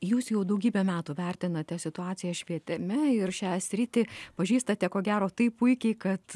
jūs jau daugybę metų vertinate situaciją švietime ir šią sritį pažįstate ko gero taip puikiai kad